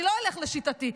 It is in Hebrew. אני לא אלך לשיטתי,